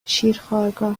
شیرخوارگاه